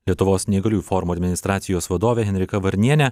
lietuvos neįgaliųjų forumo administracijos vadovė henrika varnienė